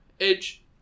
Edge